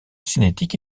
cinétique